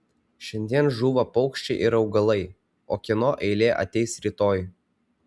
šiandien žūva paukščiai ir augalai o kieno eilė ateis rytoj